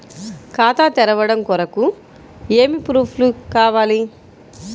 ఖాతా తెరవడం కొరకు ఏమి ప్రూఫ్లు కావాలి?